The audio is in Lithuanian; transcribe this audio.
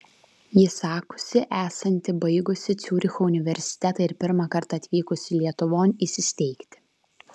ji sakosi esanti baigusi ciuricho universitetą ir pirmąkart atvykusi lietuvon įsisteigti